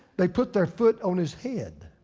they put their foot on his head?